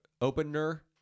opener